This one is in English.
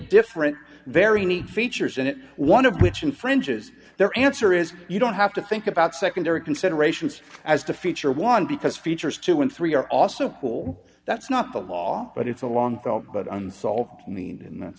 different very neat features in it one of which infringes their answer is you don't have to think about secondary considerations as to feature one because features two and three are also cool that's not the law but it's a long felt but unsolved mean